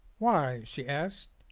why, she asked,